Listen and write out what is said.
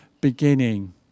beginning